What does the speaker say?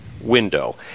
window